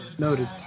Noted